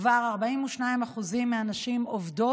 כבר 42% מהנשים עובדות.